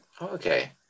okay